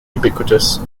ubiquitous